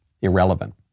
irrelevant